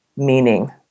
meaning